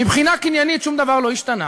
מבחינה קניינית שום דבר לא השתנה.